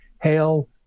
hail